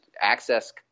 access